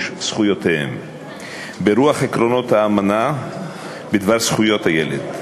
זכויותיהם ברוח עקרונות האמנה בדבר זכויות הילד.